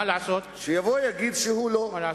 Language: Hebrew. מה לעשות.